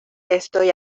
estoy